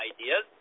ideas